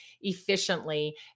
efficiently